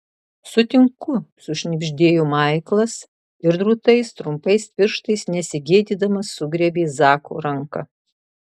sutinku sušnabždėjo maiklas ir drūtais trumpais pirštais nesigėdydamas sugriebė zako ranką